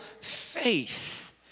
faith